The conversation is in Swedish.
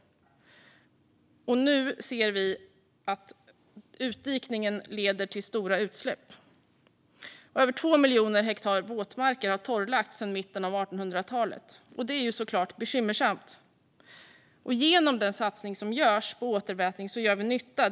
Nu ser vi att utdikningen leder till stora utsläpp. Över 2 miljoner hektar våtmarker har torrlagts sedan mitten av 1800-talet. Det är såklart bekymmersamt. Genom den satsning som görs på återvätning gör vi nytta.